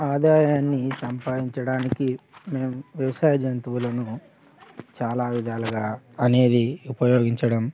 ఆదాయాన్ని సంపాదించడానికి మేము వ్యవసాయ జంతువులను చాలా విధాలుగా అనేది ఉపయోగించడం